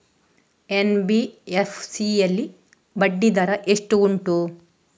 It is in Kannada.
ಎನ್.ಬಿ.ಎಫ್.ಸಿ ಯಲ್ಲಿ ಬಡ್ಡಿ ದರ ಎಷ್ಟು ಉಂಟು?